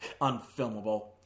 Unfilmable